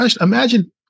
Imagine